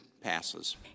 passes